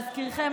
להזכירכם,